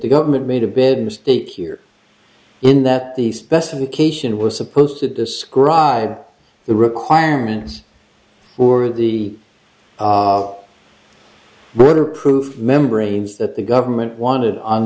the government made a bad mistake here in that the specification was supposed to describe the requirements or the rather proof membranes that the government wanted on